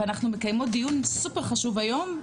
נקיים דיון סופר חשוב היום,